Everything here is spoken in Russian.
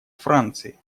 франции